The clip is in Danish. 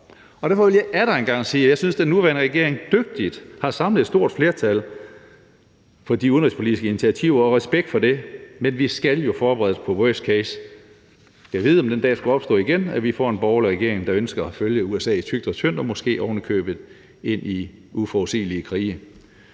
Derfor vil jeg atter en gang sige, at jeg synes, at den nuværende regering dygtigt har samlet et stort flertal for de udenrigspolitiske initiativer – og respekt for det – men vi skal jo forberede os på et worst case-scenario. Gad vide, om den dag skulle opstå igen, hvor vi får en borgerlig regering, der ønsker at følge USA i tykt og tyndt og måske ovenikøbet ind i uforudsigelige krige.